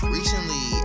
Recently